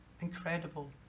incredible